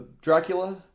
Dracula